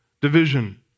Division